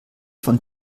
von